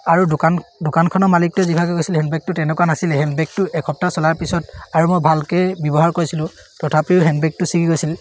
আৰু দোকান দোকানখনৰ মালিকটোৱে যিভাগে কৈছিল হেণ্ডবেগটো তেনেকুৱা নাছিলে হেণ্ডবেগটো এসপ্তাহ চলাৰ পিছত আৰু মই ভালকৈ ব্যৱহাৰ কৰিছিলোঁ তথাপিও হেণ্ডবেগটো চিগি গৈছিল